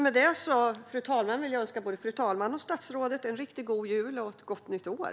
Med detta vill jag önska både fru talmannen och statsrådet en riktigt god jul och ett gott nytt år.